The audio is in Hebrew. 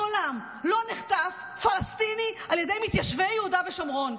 מעולם לא נחטף פלסטיני על ידי מתיישבי יהודה ושומרון,